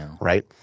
right